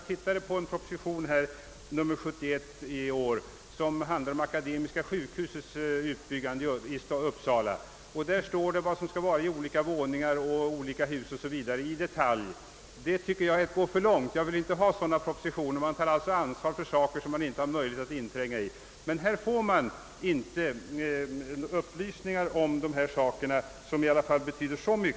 När jag läste propositionen nr 71 i år om utbyggnad av akademiska sjukhuset i Uppsala fann jag t.ex., att man i detalj hade redovisat vad byggnaderna och de olika våningarna i dessa skulle innehålla. Detta är att gå för långt. Jag tycker inte om sådana propositioner, där man inbjuds att ta ansvar för detaljer som man inte har möjlighet att tränga in i. I den nu aktuella frågan får vi inte besked om saker som har betydligt större vikt.